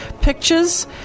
Pictures